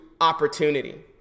opportunity